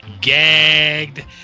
gagged